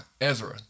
Ezra